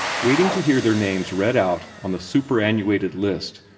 waiting to hear their names read out on the superannuated list,